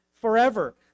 forever